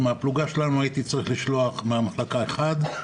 מהמחלקה שלנו הייתי צריך לשלוח אדם אחד.